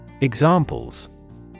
Examples